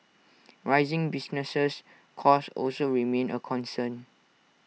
rising business costs also remain A concern